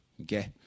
Okay